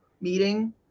meeting